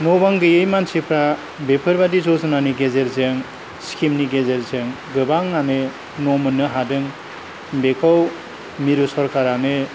न' बां गैयै मानसिफ्रा बेफोरबादि जज'नानि गेजेरजों स्किमनि गेजेरजों गोबांआनो न' मोननो हादों बेखौ मिरु सरखारानो